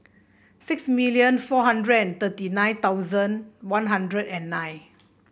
six million four hundred and thirty nine thousand One Hundred and nine